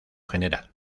general